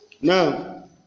Now